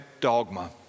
dogma